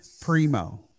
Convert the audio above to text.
Primo